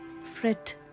fret